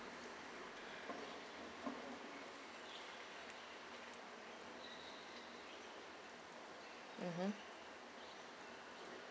mmhmm